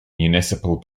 municipal